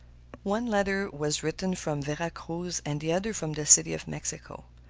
one letter was written from vera cruz and the other from the city of mexico.